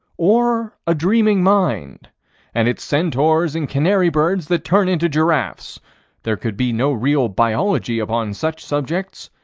or a dreaming mind and its centaurs and canary birds that turn into giraffes there could be no real biology upon such subjects,